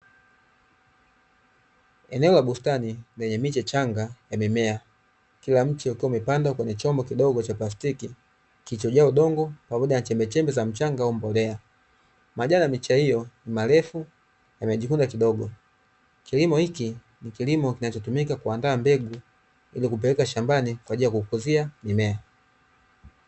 Eneo la bustani lenye miche changa ya mimea, kila mche ukiwa umepandwa kwenye chombo kidogo cha plastiki kilicho jaa udongo pamoja na chembechembe za mchanga au mbolea. Majani ya miche hiyo ni marefu yamejikunja kidogo, kilimo hiki ni kilimo kinacho tumika kuaandaa mbegu ili kupeleka shambani kwaajili ya kukuzia mimea.